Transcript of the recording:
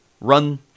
run